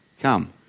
come